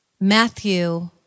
Matthew